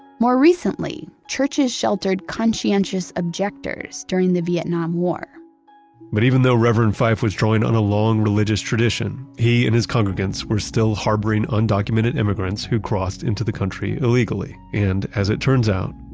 more recently, churches sheltered conscientious objectors during the vietnam war but even though reverend fife was drawing on a long religious tradition, he and his congregants were still harboring undocumented immigrants who crossed into the country illegally. and as it turns out,